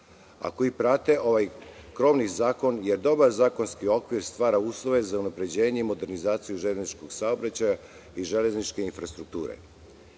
a koji prate ovaj krovni zakon, jer dobar zakonski okvir stvara uslove za unapređenje i modernizaciju železničkog saobraćaja i železničke infrastrukture. Jedan